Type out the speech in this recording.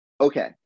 okay